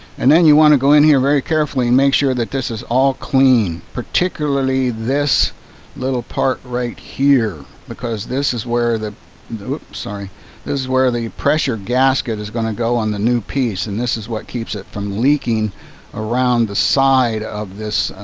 and then you want to go in here very carefully make sure that this is all clean. particularly this little part right here. because this is where the this is where the pressure gasket is going to go on the new piece. and this is what keeps it from leaking around the side of this